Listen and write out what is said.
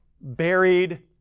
buried